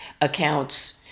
accounts